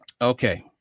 Okay